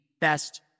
best